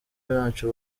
ntaco